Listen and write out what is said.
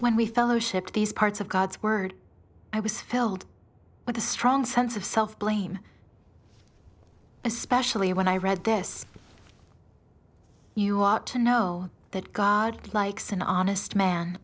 when we fellowship these parts of god's word i was filled with a strong sense of self blame especially when i read this you ought to know that god likes an honest man